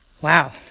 Wow